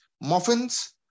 muffins